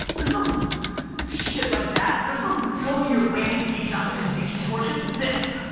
there's no shit like that. there's no going to your landing page optimization horseshit, it's this.